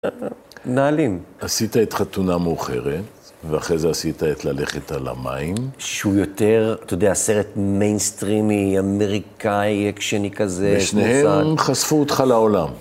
נעלים. עשית את חתונה מאוחרת, ואחרי זה עשית את ללכת על המים. שהוא יותר, אתה יודע, סרט מיינסטרימי, אמריקאי, אקשני כזה. ושניהם חשפו אותך לעולם.